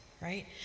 right